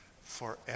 forever